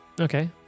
Okay